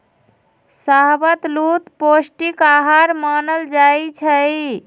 शाहबलूत पौस्टिक अहार मानल जाइ छइ